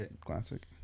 classic